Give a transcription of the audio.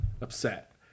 upset